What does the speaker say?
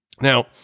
Now